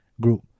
group